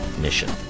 mission